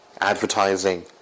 advertising